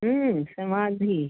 समाधी